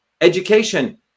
Education